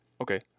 okay